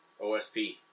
OSP